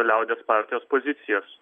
liaudies partijos pozicijas